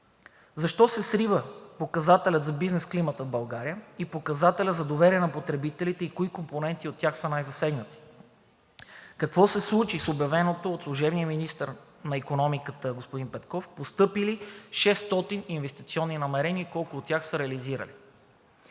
Защо се срива показателят за бизнес климата в България и показателят за доверие на потребителите и кои компоненти от тях са най-засегнати? Какво се случи с обявеното от служебния министър на икономиката господин Петков постъпили 600 инвестиционни намерения и колко от тях са реализирали?